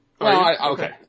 Okay